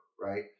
right